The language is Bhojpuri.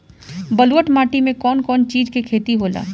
ब्लुअट माटी में कौन कौनचीज के खेती होला?